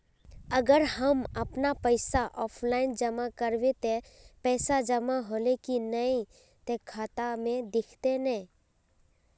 अगर हम अपन पैसा ऑफलाइन जमा करबे ते पैसा जमा होले की नय इ ते खाता में दिखते ने?